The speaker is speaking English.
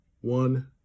One